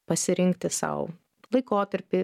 pasirinkti sau laikotarpį